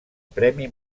premi